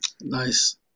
Nice